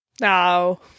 No